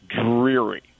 dreary